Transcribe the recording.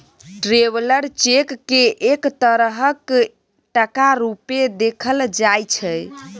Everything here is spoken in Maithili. ट्रेवलर चेक केँ एक तरहक टका रुपेँ देखल जाइ छै